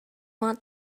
want